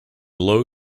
low